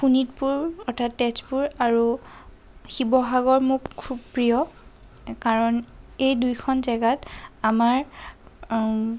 শোণিতপুৰ অৰ্থাৎ তেজপুৰ আৰু শিৱসাগৰ মোৰ খুব প্ৰিয় কাৰণ এই দুইখন জেগাত আমাৰ